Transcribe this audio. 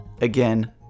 Again